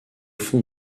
fond